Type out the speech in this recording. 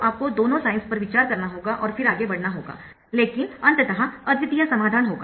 तो आपको दोनों साइन्स पर विचार करना होगा और फिर आगे बढ़ना होगा लेकिन अंततः अद्वितीय समाधान होगा